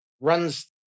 runs